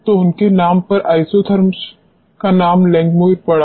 तो उनके नाम पर आइसोथर्मस का नाम लैंगमुइर है